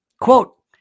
Quote